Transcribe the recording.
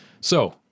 So-